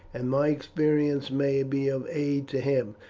and my experience may be of aid to him.